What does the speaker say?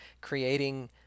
creating